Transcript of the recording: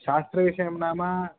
शास्त्रविषयं नाम